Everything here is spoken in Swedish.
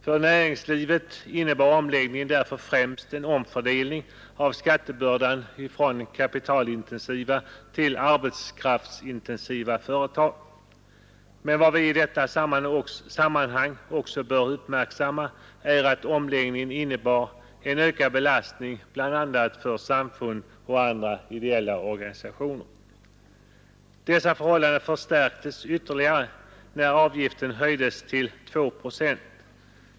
För näringslivet innebar omläggningen därför främst en omfördelning av skattebördan från kapitalintensiva till arbetskraftsintensiva företag. Men vad vi i detta sammanhang också bör uppmärksamma är att omläggningen innebar en ökad belastning bl.a. för samfund och andra ideella organisationer. Dessa förhållanden förstärktes ytterligare när avgiften höjdes till 2 procent.